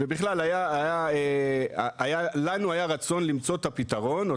ובכלל היה לנו רצון למצוא את הפתרון או